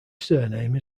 surname